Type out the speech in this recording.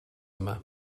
yma